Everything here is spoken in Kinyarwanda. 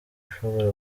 ashobora